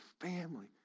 family